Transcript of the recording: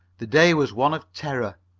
the day was one of terror,